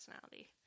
personality